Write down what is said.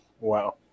Wow